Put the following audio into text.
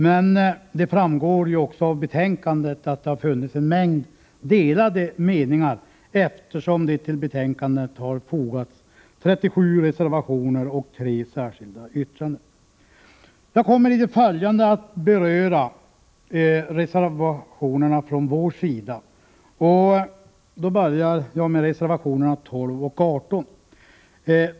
Men det framgår också av betänkandet att det har funnits en mängd delade meningar, eftersom det till betänkandet har fogats 37 reservationer och 3 särskilda yttranden. Jag kommer i det följande att beröra reservationerna från vår sida, och då börjar jag med reservationerna 12 och 18.